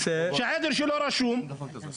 ואל תעזרו לי,